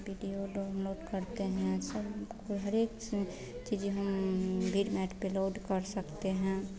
video download करते हैं सब हर एक चीज़ हम विडमेट पर लोड कर सकते हैं